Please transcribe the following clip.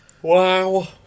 Wow